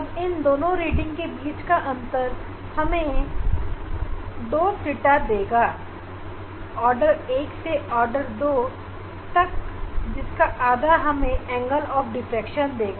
अब इन दोनों रीडिंग के बीच का अंतर हमें 2θ देगा